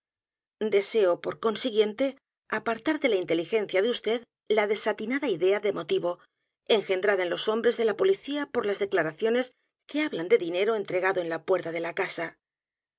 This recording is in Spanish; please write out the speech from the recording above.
pavimento deseo por consiguiente apartar de la inteligencia de vd la desatinada idea de motivo enjendrada en los hombres de la policía por las declaraciones que hablan de dinero entregado en la puerta de la casa